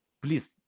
Please